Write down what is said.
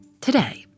Today